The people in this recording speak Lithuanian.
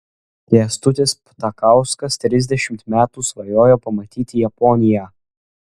kęstutis ptakauskas trisdešimt metų svajojo pamatyti japoniją